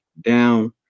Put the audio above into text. down